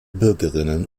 bürgerinnen